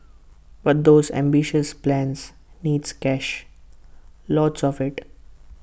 but those ambitious plans needs cash lots of IT